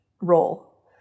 role